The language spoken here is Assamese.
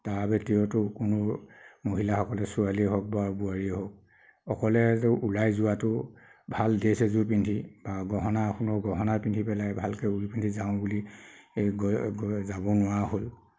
তাৰ ভিতৰতো কোনো মহিলাসকলে ছোৱালীয়ে হওক বা বোৱাৰীয়ে হওক অকলেটো ওলাই যোৱাটো ভাল ড্ৰেছ এযোৰ পিন্ধি বা গহনা সোণৰ গহনা পিন্ধি পেলাই ভালকৈ উৰি পিন্ধি যাও বুলি যাবও নোৱাৰা হ'ল